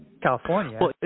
California